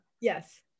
yes